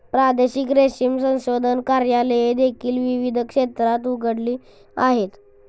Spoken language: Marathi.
प्रादेशिक रेशीम संशोधन कार्यालये देखील विविध क्षेत्रात उघडली आहेत